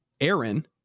Aaron